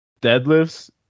deadlifts